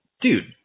Dude